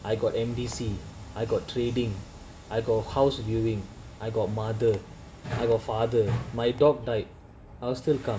I got embassy I got trading I got house viewing I got mother I got father my dog died I will still come